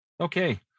okay